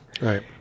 Right